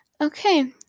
Okay